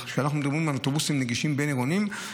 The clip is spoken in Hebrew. כשאנחנו מדברים על אוטובוסים נגישים בין-עירוניים,